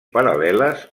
paral·leles